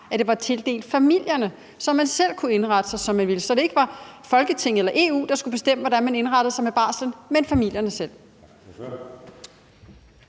de var tildelt familierne, så man selv kunne indrette sig, som man ville, og så det ikke var Folketinget eller EU, der skulle bestemme, hvordan man indrettede sig med barslen, men familierne selv?